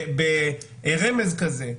ברמז כזה.